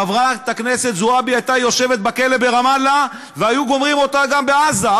חברת הכנסת הייתה יושבת בכלא ברמאללה והיו גומרים אותה גם בעזה,